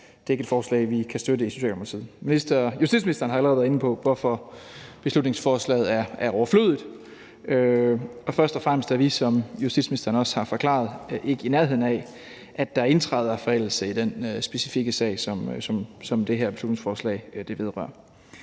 at det ikke er et forslag, vi kan støtte i Socialdemokratiet. Justitsministeren har allerede været inde på, hvorfor beslutningsforslaget er overflødigt. Først og fremmest er vi, som justitsministeren også har forklaret, ikke i nærheden af, at der indtræder forældelse i den specifikke sag, som det her beslutningsforslag vedrører,